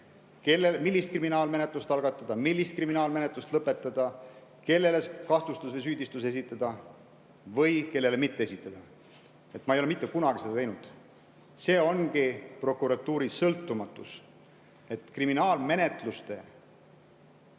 millist kriminaalmenetlust algatada, millist kriminaalmenetlust lõpetada, kellele kahtlustus või süüdistus esitada või kellele mitte esitada. Ma ei ole mitte kunagi seda teinud. See ongi prokuratuuri sõltumatus, et kriminaalmenetlustele